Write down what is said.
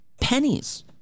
pennies